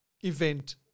event